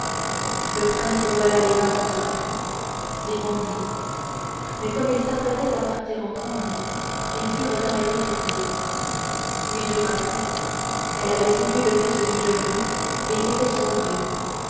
le prêtre vola les vases sacrés les vendit mais comme ils s'apprêtaient à partir ensemble ils furent arrêtés tous deux huit jours après elle avait séduit le fils du geôlier et s'était sauvée